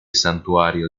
santuario